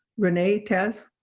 renee, taz?